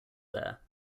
there